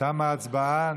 תמה ההצבעה.